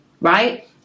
right